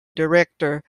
director